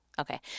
Okay